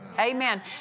Amen